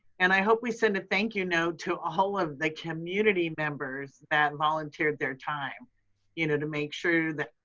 and i hope we send a thank you note to all of the community members that volunteered their time you know to make sure that,